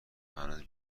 هنوز